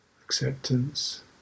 acceptance